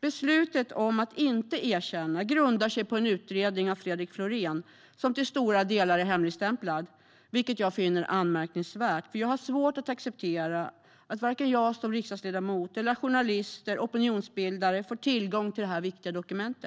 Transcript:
Beslutet att inte erkänna grundar sig på en utredning av Fredrik Florén som till stora delar är hemligstämplad. Det finner jag anmärkningsvärt. Jag har svårt att acceptera att varken jag som riksdagsledamot eller journalister och opinionsbildare får tillgång till detta viktiga dokument.